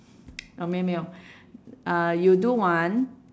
uh 没没有 uh you do one